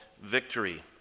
victory